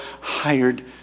hired